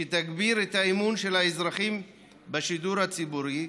שתגביר את האמון של האזרחים בשידור הציבורי,